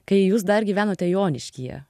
kai jūs dar gyvenote joniškyje